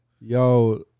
Yo